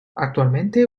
actualmente